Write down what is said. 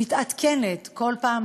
היא מתעדכנת כל פעם,